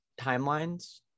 timelines